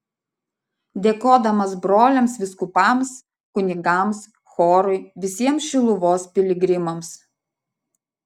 dėkodamas broliams vyskupams kunigams chorui visiems šiluvos piligrimams